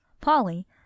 Polly